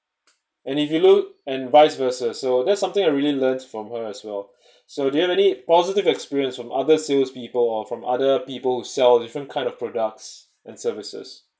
and if you look and vice versa so that's something I really learned from her as well so do you have any positive experience from other salespeople or from other people sell different kind of products and services